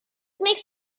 makes